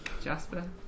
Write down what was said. Jasper